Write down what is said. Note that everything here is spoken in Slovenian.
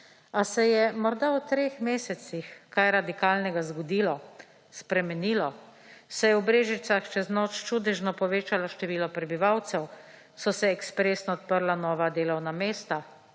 Ali se je morda v treh mesecih kaj radikalnega zgodilo, spremenilo? Se je v Brežicah čez noč čudežno povečalo število prebivalcev? So se ekspresno odprla nova delovna mesta?